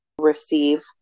receive